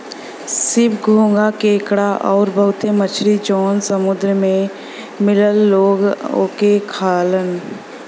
सीप, घोंघा केकड़ा आउर बहुते मछरी जौन समुंदर में मिलला लोग ओके खालन